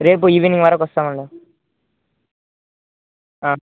రేపు ఈవినింగ్ వరకు వస్తాను అన్న